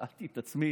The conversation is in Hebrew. שאלתי את עצמי: